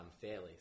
fairly